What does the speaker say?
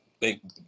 thank